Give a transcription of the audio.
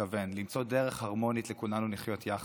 שהתכוון למצוא דרך הרמונית לכולנו לחיות יחד,